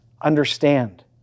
understand